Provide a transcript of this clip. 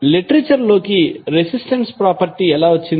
literature లోకి resistance property ఎలా వచ్చింది